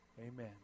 Amen